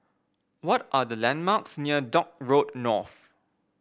what are the landmarks near Dock Road North